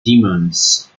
demons